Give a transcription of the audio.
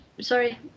sorry